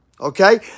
Okay